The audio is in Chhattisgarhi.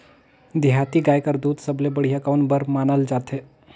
देहाती गाय कर दूध सबले बढ़िया कौन बर मानल जाथे?